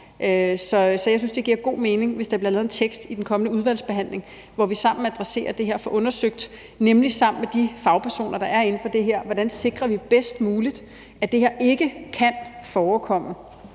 Så jeg synes, det giver god mening, hvis der bliver lavet en tekst i den kommende udvalgsbehandling, hvor vi sammen adresserer det her og sammen med de fagpersoner, der er inden for det her, får undersøgt, hvordan vi bedst muligt sikrer, at det her ikke kan forekomme.